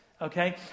Okay